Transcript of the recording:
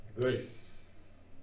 Grace